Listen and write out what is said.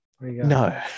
No